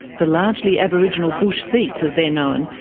the largely aboriginal bush seats, as they're known,